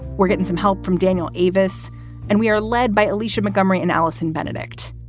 we're getting some help from daniel eavis and we are led by alicia montgomery and allison benedikt.